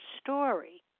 story